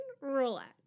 relax